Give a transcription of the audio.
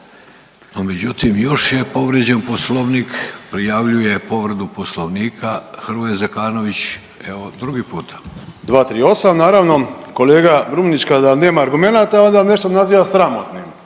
međutim još je povrijeđen Poslovnik, prijavljuje povredu Poslovnika Hrvoje Zekanović evo drugi puta. **Zekanović, Hrvoje (HDS)** 238., naravno kolega Brumnić kada nema argumenta onda nešto naziva sramotnim.